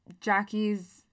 Jackie's